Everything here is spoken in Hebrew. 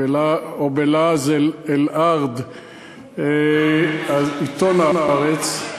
או בלעז "אלארד", עיתון "הארץ"